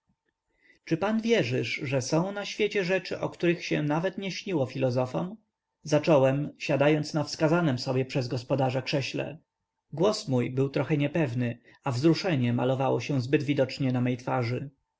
czy pan wierzysz że są na świecie rzeczy o których się nawet filozofom nie śniło zacząłem siadając na wskazanem sobie przez gospodarza krześle głos mój był trochę niepewny a wzruszenie malowało się zbyt widocznie na mej twarzy